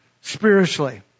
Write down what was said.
spiritually